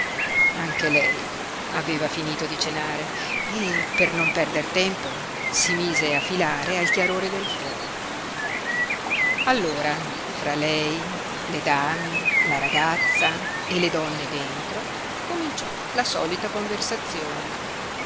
anche lei aveva finito di cenare e per non perder tempo si mise a filare al chiarore del fuoco allora fra lei le dame la ragazza e le donne dentro cominciò la solita conversazione